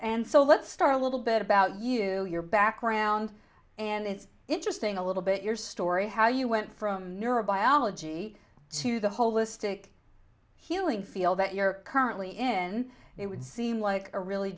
and so let's start a little bit about you your background and it's interesting a little bit your story how you went from neurobiology to the holistic healing feel that you're currently in it would seem like a really